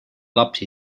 lapsi